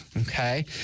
okay